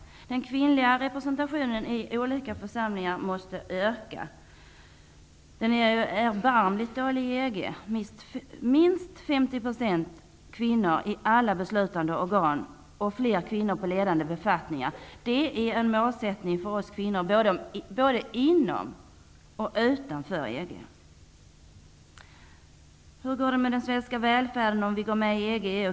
Den kvinnliga representationen i olika församlingar måste öka. I dag är den erbarmligt dålig inom EG. Minst 50 % kvinnor i alla beslutande organ och fler kvinnor på ledande befattningar, är en målsättning för oss kvinnor både inom och utanför EG. Hur går det med den svenska välfärden om vi går med i EG?